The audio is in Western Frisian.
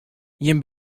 jimme